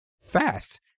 fast